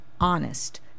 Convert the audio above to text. honest